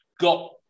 got